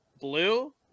blue